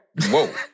Whoa